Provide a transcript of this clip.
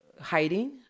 hiding